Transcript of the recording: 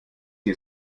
sie